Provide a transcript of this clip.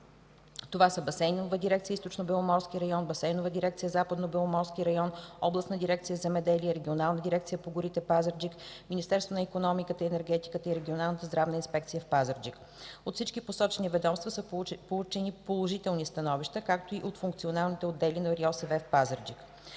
Това са: Басейнова дирекция Източно-Беломорски район и Басейнова дирекция „Западно-Беломорски район”, Областна дирекция „Земеделие”, Регионална дирекция на горите – Пазарджик, Министерство на икономиката и енергетиката и Регионална здравна инспекция – Пазарджик. От всички посочени ведомства са получени положителни становища, както и от функционалните отдели на РИОСВ – Пазарджик.